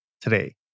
today